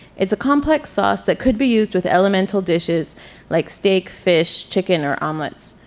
it's a complex sauce that could be used with elemental dishes like steak, fish, chicken or omelets.